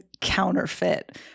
Counterfeit